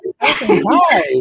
Hi